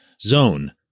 zone